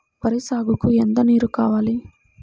వరి సాగుకు ఎంత నీరు కావాలి?